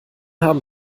haben